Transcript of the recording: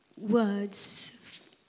Words